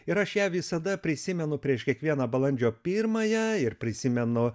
ir aš ją visada prisimenu prieš kiekvieną balandžio pirmąją ir prisimenu